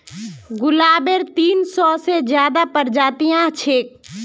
गुलाबेर तीन सौ से ज्यादा प्रजातियां छेक